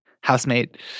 housemate